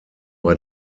bei